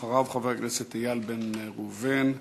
אחריו, חבר הכנסת איל בן ראובן,